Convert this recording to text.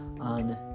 on